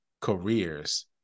careers